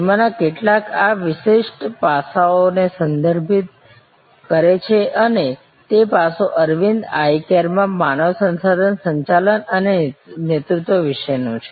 તેમાંના કેટલાક આ વિશિષ્ટ પાસાને સંદર્ભિત કરે છે અને તે પાસું અરવિંદ આઈ કેરમાં માનવ સંસાધન સંચાલન અને નેતૃત્વ વિશે છે